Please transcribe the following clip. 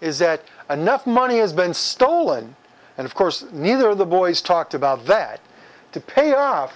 is that enough money has been stolen and of course neither the boys talked about that to pay out